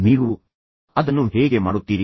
ನೀವು ಅದನ್ನು ಹೇಗೆ ಮಾಡುತ್ತೀರಿ